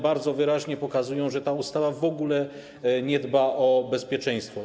Bardzo wyraźnie pokazują, że w tej ustawie w ogóle nie dba się o bezpieczeństwo.